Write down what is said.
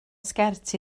sgert